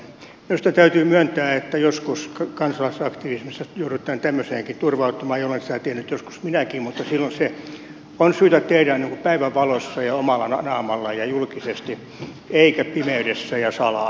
minusta täytyy myöntää että joskus kansalaisaktivismissa joudutaan tämmöiseenkin turvautumaan ja olen sitä tehnyt joskus minäkin mutta silloin se on syytä tehdä niin kuin päivänvalossa ja omalla naamalla ja julkisesti eikä pimeydessä ja salaa